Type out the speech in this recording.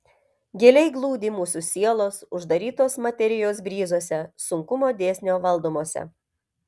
giliai glūdi mūsų sielos uždarytos materijos bryzuose sunkumo dėsnio valdomuose